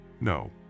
No